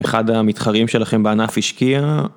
אחד המתחרים שלכם בענף השקיע.